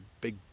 big